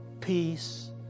peace